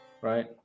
right